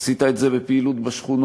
עשית את זה בפעילות בשכונות,